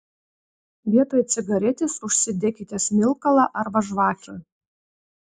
vietoj cigaretės užsidekite smilkalą arba žvakę